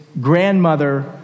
grandmother